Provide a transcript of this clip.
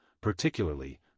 particularly